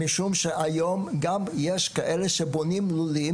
משום שהיום יש כאלה שבונים לולים